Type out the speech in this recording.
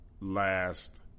last